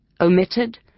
Omitted